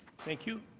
thank you.